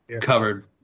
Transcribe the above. covered